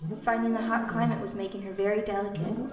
finding the hot climate was making her very delicate,